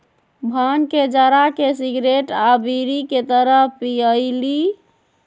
भांग के जरा के सिगरेट आ बीड़ी के तरह पिअईली